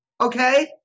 Okay